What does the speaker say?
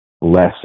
less